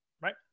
Right